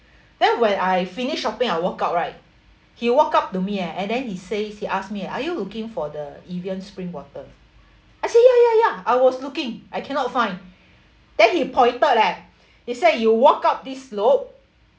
then when I finished shopping I walk out right he walk up to me eh and then he says he ask me are you looking for the evian spring water I say ya ya ya I was looking I cannot find then he pointed leh he say you walk up this slope